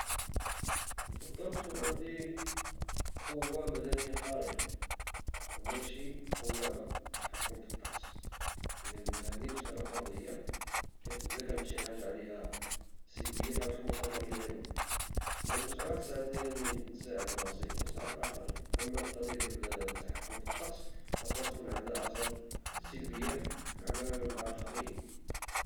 نفضل تكون عندي قوة بدنية خارقة وماشي قوة عللى التحكم في الطقس لأن هذي مسألة فردية إذا كانت شي حاجة عليها سلبية فغتكون مرتبطة بي أنا وهاد المسألة عتساعدني أنني نساعد راسي ونساعد الآخرين، أما القضية أنني نتحكم في لطقس فتقدر تكون عندها آثار سلبية على الآخرين.